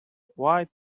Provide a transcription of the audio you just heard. white